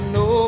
no